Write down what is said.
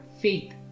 faith